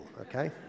okay